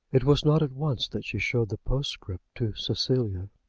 it was not at once that she showed the postscript to cecilia,